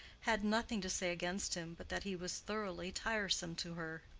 had nothing to say against him but that he was thoroughly tiresome to her.